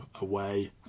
away